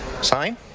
Sign